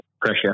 pressure